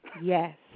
Yes